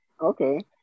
okay